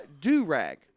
do-rag